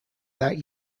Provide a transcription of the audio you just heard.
that